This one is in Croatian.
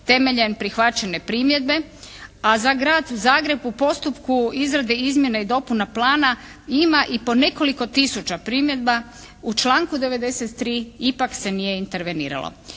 temeljem prihvaćene primjedbe, a za Grad Zagreb u postupku izradbe izmjene i dopuna plana ima i po nekoliko tisuća primjedba u članku 93. ipak se nije interveniralo.